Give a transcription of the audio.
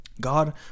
God